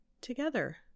together